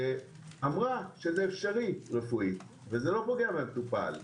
שאמרה שזה אפשרי רפואית וזה לא פוגע במטופל.